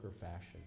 fashion